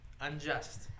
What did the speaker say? Unjust